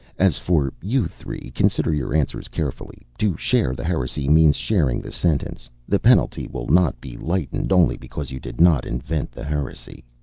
as for you three, consider your answers carefully. to share the heresy means sharing the sentence. the penalty will not be lightened only because you did not invent the heresy.